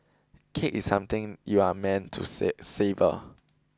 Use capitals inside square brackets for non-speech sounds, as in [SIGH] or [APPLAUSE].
cake is something you are meant to [UNINTELLIGIBLE] savour